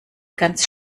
ganz